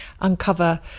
uncover